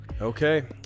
Okay